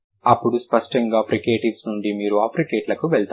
అప్పుడు స్పష్టంగా ఫ్రికేటివ్స్ నుండి మీరు అఫ్రికేట్లకు వెళతారు